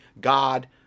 God-